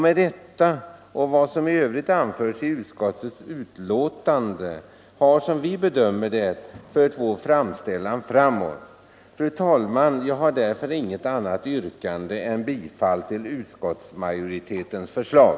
Med detta och vad som i övrigt anförts i utskottets betänkande har, som vi bedömer det, vår framställan förts framåt. Fru talman! Jag har därför inget annat yrkande än om bifall till utskottsmajoritetens förslag.